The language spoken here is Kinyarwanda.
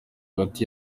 hagati